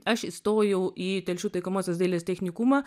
aš įstojau į telšių taikomosios dailės technikumą